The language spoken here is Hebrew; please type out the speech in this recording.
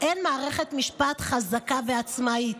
שבו אין מערכת משפט חזקה ועצמאית,